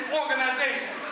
organization